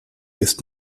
ist